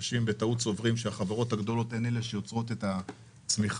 אנשים בטעות סוברים שהחברות הגדולות הן אלו שיוצרות את הצמיחה.